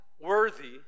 worthy